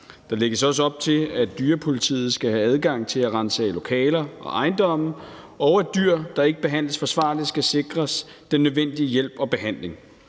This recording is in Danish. Der lægges også op til, at dyrepolitiet skal have adgang til at ransage lokaler og ejendomme, og at dyr, der ikke behandles forsvarligt, skal sikres den nødvendige hjælp og behandling.